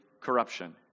corruption